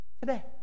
Today